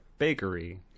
bakery